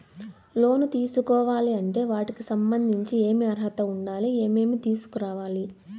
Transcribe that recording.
లోను తీసుకోవాలి అంటే వాటికి సంబంధించి ఏమి అర్హత ఉండాలి, ఏమేమి తీసుకురావాలి